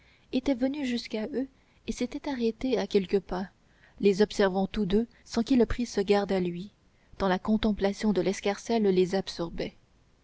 était venu jusqu'à eux et s'était arrêté à quelques pas les observant tous deux sans qu'ils prissent garde à lui tant la contemplation de l'escarcelle les absorbait